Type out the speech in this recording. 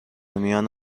میان